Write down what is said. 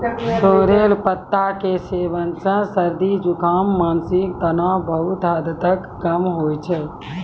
sorrel पत्ता के सेवन सॅ सर्दी, जुकाम, मानसिक तनाव बहुत हद तक कम होय छै